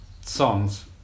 songs